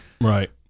right